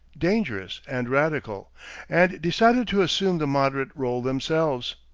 dangerous, and radical and decided to assume the moderate role themselves.